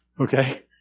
Okay